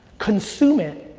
consume it.